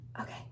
okay